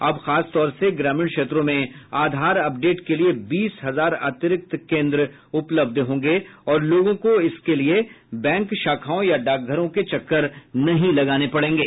अब खास तौर से ग्रामीण क्षेत्रों में आधार अपडेट के लिए बीस हजार अतिरिक्त केंद्र उपलब्ध होंगे और लोगों को इसके लिए बैंक शाखाओं या डाकघरों के चक्कर नहीं लगाने पड़ेंगे